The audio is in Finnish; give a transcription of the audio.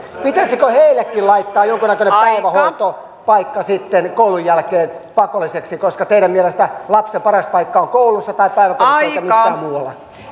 pitäisikö heillekin sitten laittaa jonkunnäköinen päivähoitopaikka koulun jälkeen pakolliseksi koska teidän mielestänne lapselle paras paikka on koulussa tai päiväkodissa eikä missään muualla